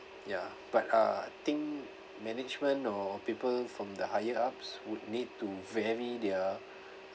ya but uh I think management or people from the higher ups would need to vary their